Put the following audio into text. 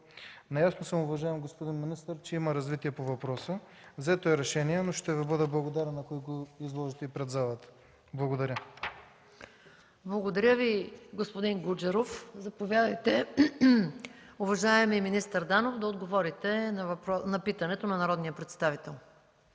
Наясно съм, уважаеми господин министър, че има развитие по въпроса. Взето е решение, но ще Ви бъда благодарен, ако го изложите и пред залата. Благодаря. ПРЕДСЕДАТЕЛ МАЯ МАНОЛОВА: Благодаря Ви, господин Гуджеров. Заповядайте, уважаеми министър Данов, да отговорите на питането на народните представители.